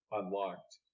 unlocked